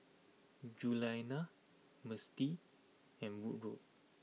Julianna Mistie and Woodroe